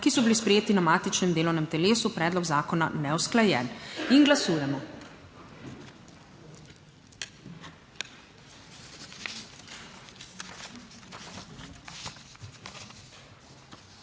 ki so bili sprejeti na matičnem delovnem telesu predlog zakona neusklajen. Glasujemo.